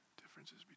Differences